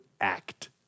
act